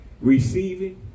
Receiving